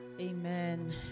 Amen